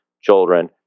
children